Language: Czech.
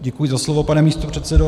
Děkuji za slovo, pane místopředsedo.